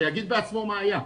שיגיד בעצמו מה היה,